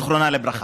זיכרונה לברכה.